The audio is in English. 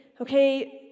okay